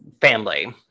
family